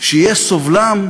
שיהא סובל כל